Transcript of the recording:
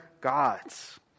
gods